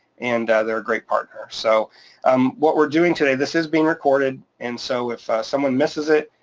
and they're a great partner. so um what we're doing today, this is being recorded, and so if someone misses it,